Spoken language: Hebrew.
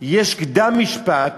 יש קדם-משפט